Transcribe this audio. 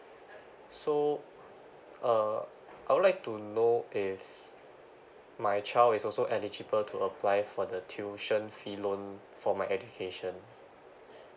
so uh I would like to know if my child is also eligible to apply for the tuition fee loan for my education